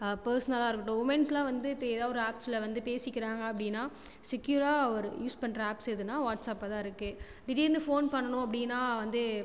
பெர்ஸனலாக இருக்கட்டும் உமென்ஸ்லாக வந்து இப்போ எதா ஒரு ஆப்ஸில் வந்து பேசிக்கிறாங்க அப்படினா செக்யூராக ஒரு யூஸ் பண்ணுற ஆப்ஸ் எதுனா வாட்ஸப்பாக தான் இருக்கு திடீர்னு ஃபோன் பண்ணனும் அப்படினா வந்து